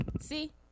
See